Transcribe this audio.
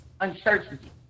uncertainty